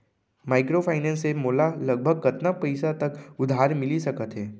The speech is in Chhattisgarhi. माइक्रोफाइनेंस से मोला लगभग कतना पइसा तक उधार मिलिस सकत हे?